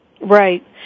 Right